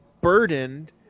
burdened